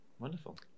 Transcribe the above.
Wonderful